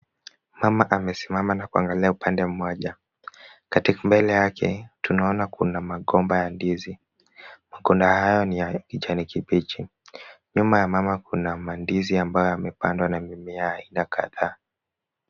Mama amesimama na kuangalia upande mmoja. Katika mbele yake, tunaona kuna magomba ya ndizi. Magomba hayo ni ya kijani kibichi. Nyuma ya mama kuna mandizi ambayo yamepandwa na mimea ya aina kadhaa.